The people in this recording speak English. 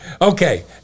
Okay